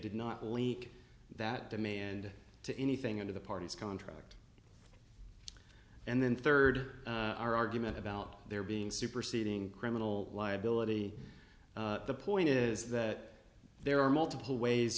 did not leak that demand to anything into the parties contract and then third argument about there being superseding criminal liability the point is that there are multiple ways